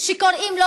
שקוראים לו